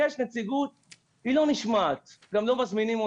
יש נציגות, היא לא נשמעת, גם לא מזמינים אותם.